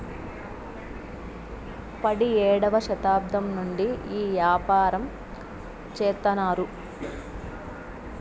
పడియేడవ శతాబ్దం నుండి ఈ యాపారం చెత్తన్నారు